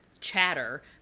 chatter